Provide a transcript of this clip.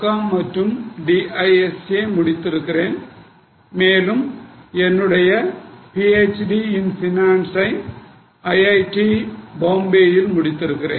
Com மற்றும் DISA முடித்திருக்கிறேன் மேலும் என்னுடைய PhD in finance ஐ IIT Bombay ல் முடித்திருக்கிறேன்